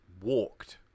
walked